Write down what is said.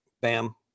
Bam